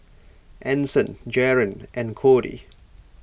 Anson Jaren and Cody